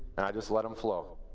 and i just let them flow.